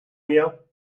meer